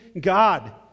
God